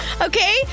Okay